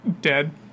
dead